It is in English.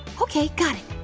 okay, got it,